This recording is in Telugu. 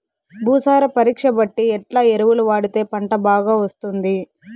భూసార పరీక్ష బట్టి ఎట్లా ఎరువులు వాడితే పంట బాగా వస్తుంది?